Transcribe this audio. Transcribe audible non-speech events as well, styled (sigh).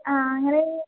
ആ (unintelligible)